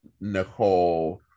Nicole